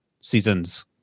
seasons